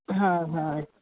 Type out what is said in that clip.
हा हा